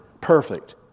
perfect